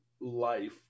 life